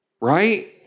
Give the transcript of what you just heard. right